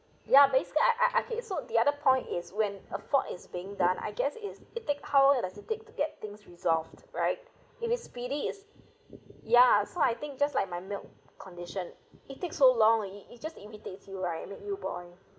ya basically I I okay so the other point is when a fault is being done I guess is it take how does it take to get things resolved right if it's speedy is ya so I think just like my milk condition it takes so long it it just irritates you right make you boring